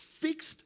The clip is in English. fixed